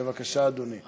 בבקשה, אדוני.